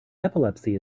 epilepsy